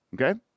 okay